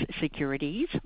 Securities